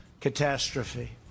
catastrophe